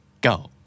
Go